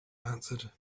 answered